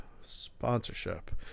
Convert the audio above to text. sponsorship